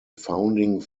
founding